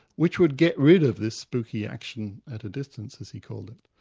which would get rid of this spooky action at a distance, as he called it.